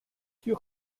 sûr